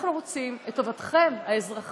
אנחנו רוצים את טובתכם האזרחים,